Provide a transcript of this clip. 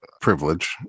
privilege